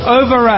over